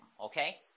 okay